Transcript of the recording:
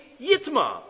Yitma